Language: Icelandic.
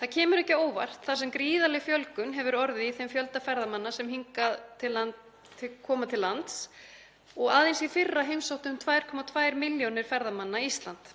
Það kemur ekki á óvart þar sem gríðarleg fjölgun hefur orðið í þeim fjölda ferðamanna sem hingað koma til lands og aðeins í fyrra heimsóttu um 2,2 milljónir ferðamanna Ísland.